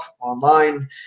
online